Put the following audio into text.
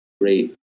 great